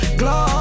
glow